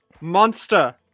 monster